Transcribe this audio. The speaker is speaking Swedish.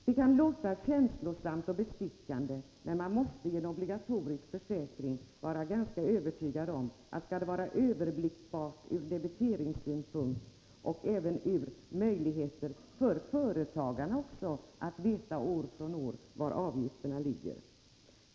Det kan låta känslosamt och bestickande, men jag är övertygad om att en obligatorisk försäkring måste vara överblickbar ur debiteringssynpunkt och även ge möjligheter för företagarna att veta år från år var avgifterna ligger.